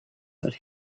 that